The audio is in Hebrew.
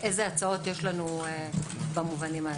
ואילו הצעות יש לנו במובנים האלה.